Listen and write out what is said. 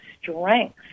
strength